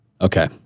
Okay